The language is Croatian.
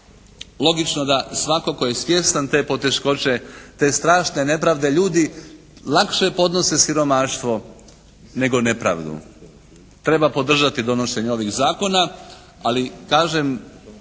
logično da svatko tko je svjestan te poteškoće, te strašne nepravde ljudi lakše podnose siromaštvo nego nepravdu. Treba podržati donošenje ovih zakona, ali kažem